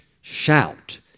shout